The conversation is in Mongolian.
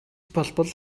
болбол